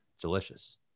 Delicious